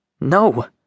No